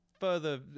further